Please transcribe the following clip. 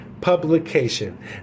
publication